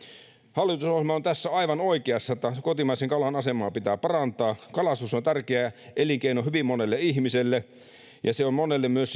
hallitusohjelma on tässä aivan oikeassa että kotimaisen kalan asemaa pitää parantaa kalastus on tärkeä elinkeino hyvin monelle ihmiselle ja se on monelle myös